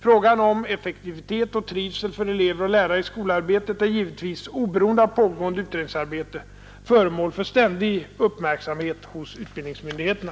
Frågan om effektivitet och trivsel för elever och lärare i skolarbetet är givetvis, oberoende av pågående utredningsarbete, föremål för ständig uppmärksamhet hos utbildningsmyndigheterna.